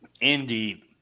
Indeed